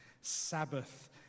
Sabbath